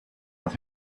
with